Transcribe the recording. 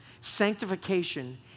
Sanctification